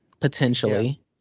potentially